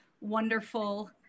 wonderful